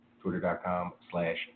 twitter.com/slash